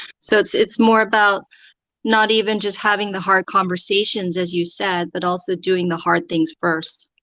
so it's it's more about not even just having the hard conversations as you said, but also doing the hard things first.